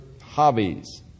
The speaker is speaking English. hobbies